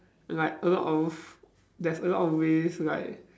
like a lot of there's a lot of ways like